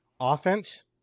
Offense